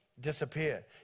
Disappear